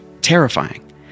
terrifying